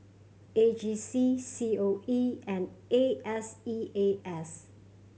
A G C C O E and I S E A S